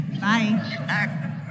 Bye